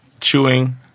chewing